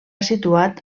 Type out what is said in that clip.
situat